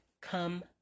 Come